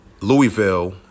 Louisville